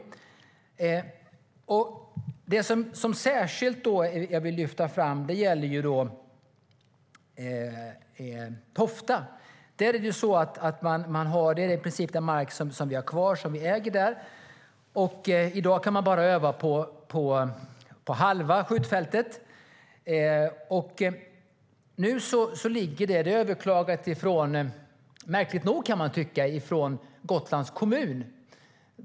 Det jag särskilt vill lyfta fram är Tofta. Det är i princip den mark vi äger där. I dag kan man bara öva på halva skjutfältet. Det har märkligt nog överklagats av Gotlands kommun.